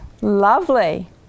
Lovely